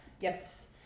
Yes